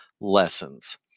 lessons